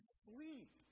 sleep